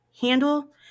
handle